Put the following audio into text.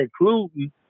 including